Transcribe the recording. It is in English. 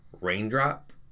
raindrop